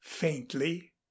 faintly